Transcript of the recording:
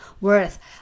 worth